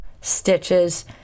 stitches